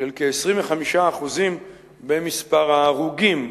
של כ-25% במספר ההרוגים.